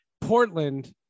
Portland